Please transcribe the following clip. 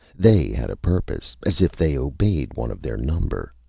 they had a purpose as if they obeyed one of their number.